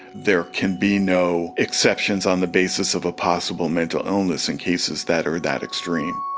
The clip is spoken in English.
there can be no exceptions on the basis of a possible mental illness in cases that are that extreme.